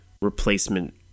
replacement